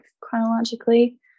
chronologically